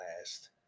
last